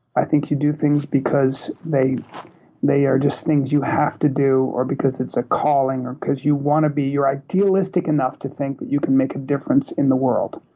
i think you do things because they they are just things you have to do, or because it's a calling, or because you want to be you're idealistic enough to think that but you can make a difference in the world.